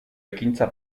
ekintza